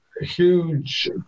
huge